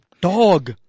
Dog